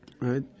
right